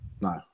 No